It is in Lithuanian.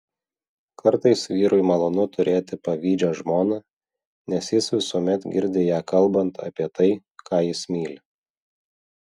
kartais vyrui malonu turėti pavydžią žmoną nes jis visuomet girdi ją kalbant apie tai ką jis myli